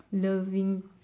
loving